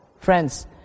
Friends